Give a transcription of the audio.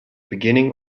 beginning